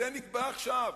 זה נקבע עכשיו.